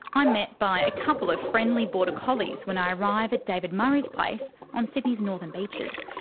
i'm met by a couple of friendly border collies when i arrive at david murray's place on sydney's northern beaches.